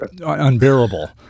unbearable